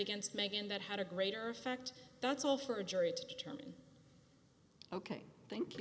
against megan that had a greater effect that's all for a jury to determine ok thank you